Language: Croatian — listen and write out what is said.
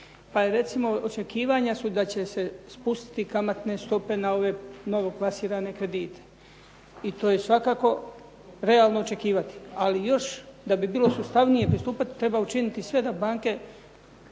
Pa recimo očekivanja su da će se spustiti kamatne stope na ove novo plasirane kredite. I to je svakako realno očekivati, ali još da bi bilo sustavnije pristupati treba učiniti sve da banke